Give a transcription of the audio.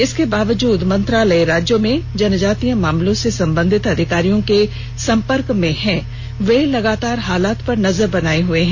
इसके बावजूद मंत्रालय राज्यों में जनजाति मामलों से संबंधित अधिकारियों के संपर्क में है वे लगातार हालात पर नजर बनाए हुए हैं